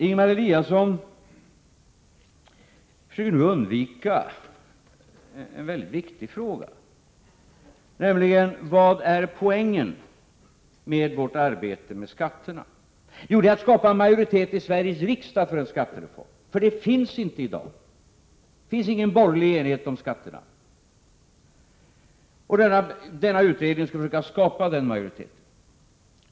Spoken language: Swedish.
Ingemar Eliasson försöker nu undvika en viktig fråga, nämligen denna: Vad är poängen med vårt arbete med skatterna? Jo, att skapa en majoritet i Sveriges riksdag för en skattereform. En sådan majoritet finns inte i dag. Det finns ingen borgerlig enighet om skatterna. Denna utredning skulle försöka skapa en majoritet.